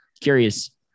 curious